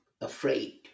afraid